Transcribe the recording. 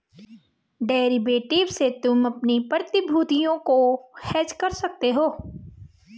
derivative से तुम अपनी प्रतिभूतियों को हेज कर सकते हो